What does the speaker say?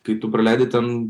kai tu praleidi ten